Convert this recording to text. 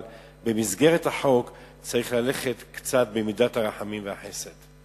אבל במסגרת החוק צריך ללכת במידת הרחמים והחסד.